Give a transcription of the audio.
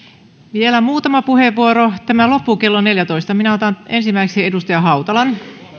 vielä muutama puheenvuoro tämä loppuu kello kuusitoista minä otan ensimmäiseksi edustaja hautalan